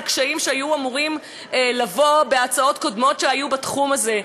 על קשיים שהיו אמורים לבוא בהצעות קודמות בתחום הזה.